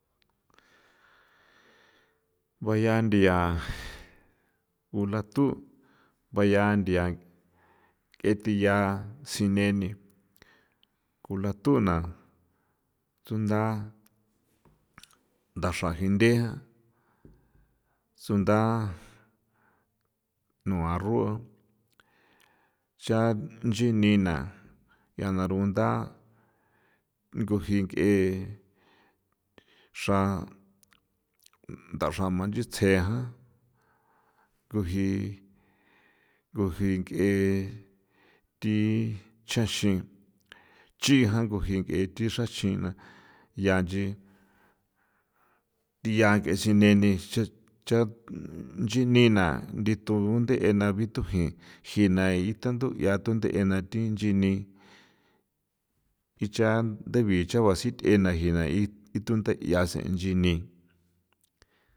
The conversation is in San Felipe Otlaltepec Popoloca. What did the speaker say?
Baya nthia ulathu' baya thia ng'e tyiya sine ni kulathu' na tsunda nthaxra jinthe sunda nua rur ncha nchinina ya na rugunda nguji nk'e xra nthaxra jma nchitsje jan nguji nguji nk'e thi chaxin chijan nguji nk'e thi xraxina ya nchi thia nk'e sineni cha' cha' nchinina ndithu runde' ena bithujin jina itha thu yaa thuethe na thi inchin ni icha ndebi chagua sith'ena nai y thunthe 'ia si' nchi ni.